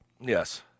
Yes